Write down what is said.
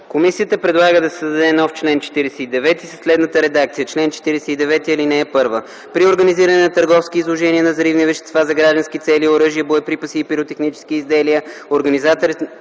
Комисията предлага да се създаде нов чл. 49 със следната редакция: “Чл. 49. (1) При организиране на търговски изложения на взривни вещества за граждански цели, оръжия, боеприпаси и пиротехнически изделия